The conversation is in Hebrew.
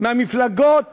ממפלגות